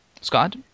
Scott